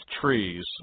trees